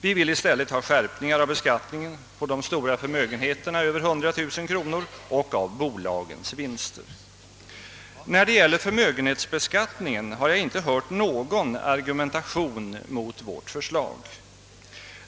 Vi vill i stället ha skärpningar av beskattningen på de stora förmögenheterna över 100000 kronor och av bolagens vinster. När det gäller förmögenhetsbeskattningen har jag inte hört någon argumentation mot vårt förslag.